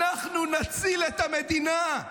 אנחנו נציל את המדינה.